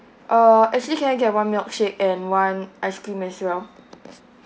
uh actually can I get one milkshake and one ice cream as well